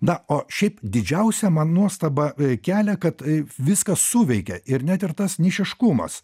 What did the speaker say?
na o šiaip didžiausią man nuostabą kelia kad i viskas suveikė ir net ir tas nišiškumas